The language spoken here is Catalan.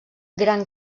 gran